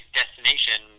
destination